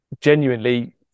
genuinely